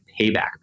payback